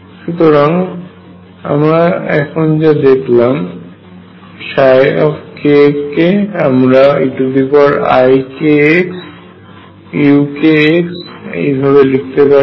সুতরাং আমরা এখন যা দেখলাম যে k কে আমরা eikxuk এইভাবে লিখতে পারি